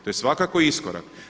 To je svakako iskorak.